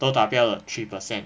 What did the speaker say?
都打掉了 three percent